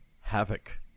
havoc